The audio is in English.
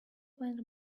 went